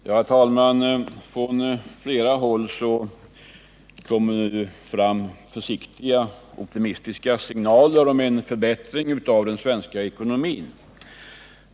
Herr talman! Från flera håll kommer nu försiktigt optimistiska signaler om en förbättring av den svenska ekonomin.